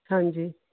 ਹਾਂਜੀ